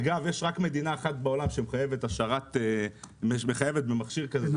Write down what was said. אגב יש רק מדינה אחת בעולם שמחייבת במכשיר כזה,